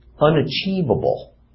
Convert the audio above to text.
unachievable